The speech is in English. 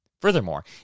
Furthermore